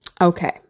Okay